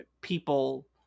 people